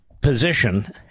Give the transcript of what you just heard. position